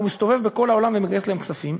הוא מסתובב בכל העולם ומגייס להם כספים,